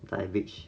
the average